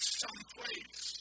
someplace